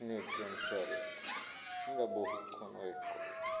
নির্জন চরে আমরা বহুক্ষণ ওয়েট করলো